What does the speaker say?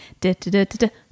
da-da-da-da-da